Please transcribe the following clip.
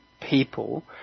people